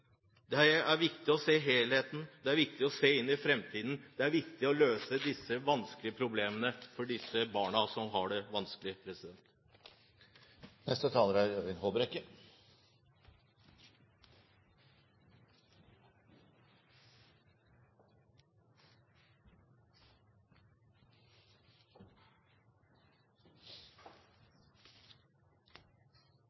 helheten. Det er viktig å se inn i fremtiden. Det er viktig å løse problemene for de barna som har det vanskelig.